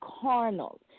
carnal